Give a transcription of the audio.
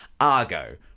Argo